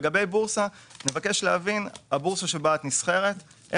לגבי הבורסה נבקש להבין איך הבורסה שבה היא נסחרת היא